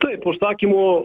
taip užsakymų